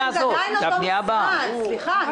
אנחנו צריכים לייצר מינימום אינטראקציה של הנהג עם הנוסעים,